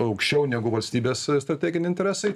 aukščiau negu valstybės strateginiai interesai